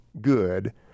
good